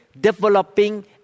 developing